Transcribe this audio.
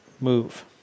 move